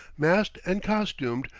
masked and costumed,